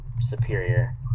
superior